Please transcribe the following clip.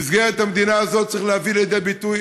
במסגרת המדינה הזאת צריך להביא לידי ביטוי